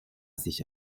sich